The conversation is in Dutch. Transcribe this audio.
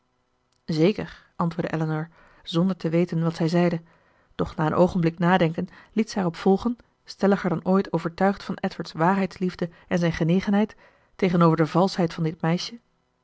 zeker antwoordde elinor zonder te weten wat zij zeide doch na een oogenblik nadenken liet zij erop volgen stelliger dan ooit overtuigd van edward's waarheidsliefde en zijn genegenheid tegenover de valschheid van dit meisje